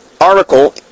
article